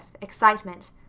excitement